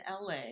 la